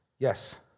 Yes